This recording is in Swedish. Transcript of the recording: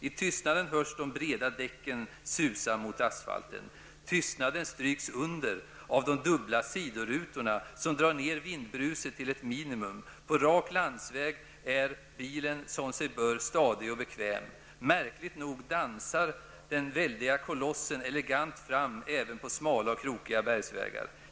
I tystnaden hörs de breda däcken susa mot asfalten. Tystnaden stryks under av de dubbla sidorutorna, som drar ner vindbruset till ett minimum. På rak landsväg är bilen som sig bör stadig och bekväm. Märkligt nog dansar den väldiga kolossen elegant fram även på smala och krokiga bergsvägar.